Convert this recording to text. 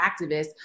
activists